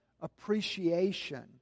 appreciation